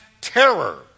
terror